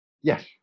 Yes